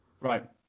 Right